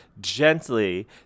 gently